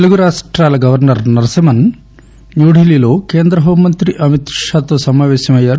తెలుగు రాష్టాల governor Narasimhan న్యూఢిల్లీలో కేంద్ర హోంమంత్రి అమిత్ షా తో సమాపేశమయ్యారు